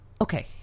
okay